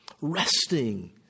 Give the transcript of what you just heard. resting